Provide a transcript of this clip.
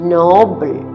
noble